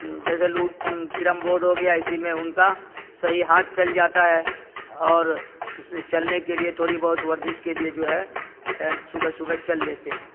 جیسے لوڈ carrom board ہو گیا اسی میں ان کا صحیح ہاتھ چل جاتا ہے اور چلنے کے لیے تھوڑی بہت ورزش کے لیے جو ہے صبح صبح چل لیتے ہیں